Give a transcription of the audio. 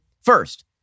First